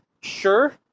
sure